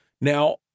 Now